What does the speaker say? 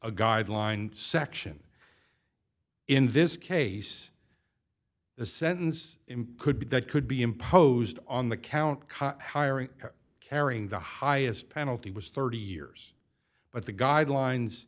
a guideline section in this case the sentence could be that could be imposed on the count carrying the highest penalty was thirty years but the guidelines